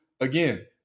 Again